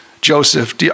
Joseph